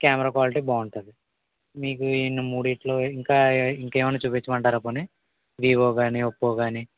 camera quality బాగుంటుంది మీకు ఇవన్నీ మూడింటిలో ఇంకా ఇంకా ఏమన్నా చూపించమంటారా పోనీ వివో కానీ ఓప్పో కానీ